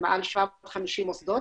מעל 750 מוסדות,